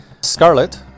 Scarlet